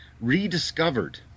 rediscovered